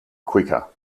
quicker